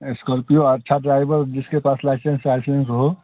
Scorpio अच्छा driver जिसके पास लाइसेंस वाईसेन्स हो